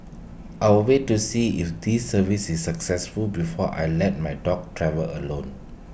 I'll wait to see if this services is successful before I let my dog travel alone